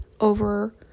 over